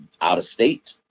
out-of-state